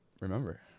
remember